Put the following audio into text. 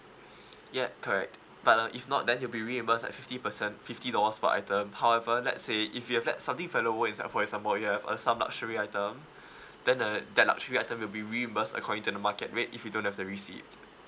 ya correct but uh if not then it'll be reimburse like fifty percent fifty dollars per item however let's say if you have let something valuable inside for example you have uh some luxury item then the that luxury item will be reimbursed according to the market rate if you don't have the receipt